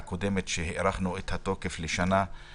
אז חשוב לנו גם לשמוע את הדיווח על כך ממשרד